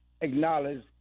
acknowledge